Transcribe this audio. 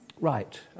Right